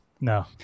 No